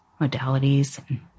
modalities